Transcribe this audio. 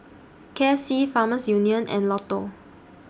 K F C Farmers Union and Lotto